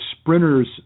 sprinter's